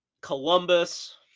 Columbus